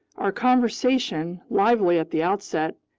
our conversation, lively at the outset,